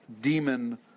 demon